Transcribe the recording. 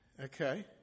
Okay